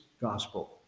Gospel